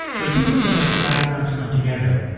when people from different backgrounds come together,